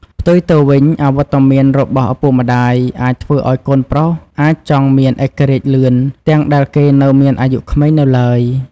ផ្ទុយទៅវិញ អវត្តមានរបស់ឪពុកម្ដាយអាចធ្វើឱ្យកូនប្រុសអាចចង់មានឯករាជ្យលឿន ទាំងដែលគេនៅមានអាយុក្មេងនៅឡើយ។